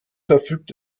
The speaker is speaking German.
verfügt